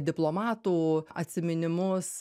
diplomatų atsiminimus